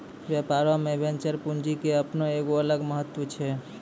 व्यापारो मे वेंचर पूंजी के अपनो एगो अलगे महत्त्व छै